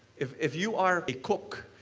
if if you are a cook,